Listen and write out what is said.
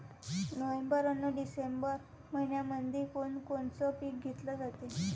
November अन December मइन्यामंधी कोण कोनचं पीक घेतलं जाते?